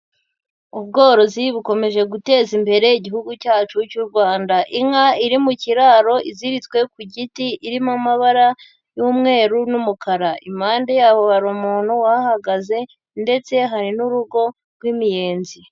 Ubworozi bukomeje guteza imbere igihugu cyacu cy'u Rwanda, inka iri mu kiraro iziritswe ku giti irimo amabara y'umweru n'umukara, impande yaho hari umuntu uhahagaze ndetse hari n'urugo rw'imiyenzi.